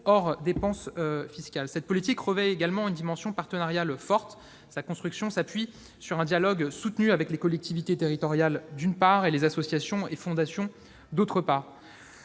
n'est pas le cas ! Cette politique revêt également une dimension partenariale forte. Sa construction s'appuie sur un dialogue soutenu avec les collectivités territoriales, d'une part, et les associations et fondations, d'autre part.